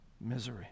misery